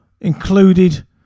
included